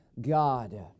God